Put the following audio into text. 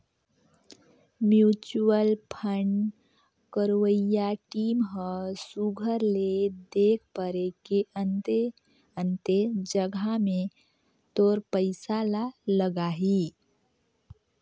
mutual fund करवइया team ह सुग्घर ले देख परेख के अन्ते अन्ते जगहा में तोर पइसा ल लगाहीं